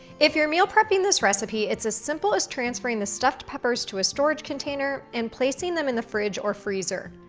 if you're meal prepping this recipe, it's as simple as transferring the stuffed peppers to a storage container and placing them in the fridge or freezer.